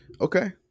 okay